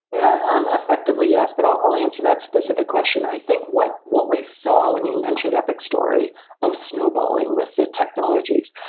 yeah. um effectively, yes, but i'll answer that specific question. i think what what we saw when you mentioned the epic story of snowballing with the technologies,